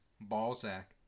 Balzac